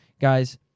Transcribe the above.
Guys